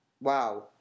wow